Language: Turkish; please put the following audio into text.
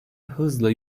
hızla